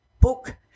book